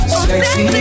sexy